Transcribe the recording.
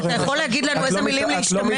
אתה יכול להגיד לנו באיזה מילים להשתמש?